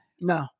No